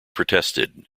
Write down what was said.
protested